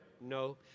no